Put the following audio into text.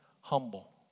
humble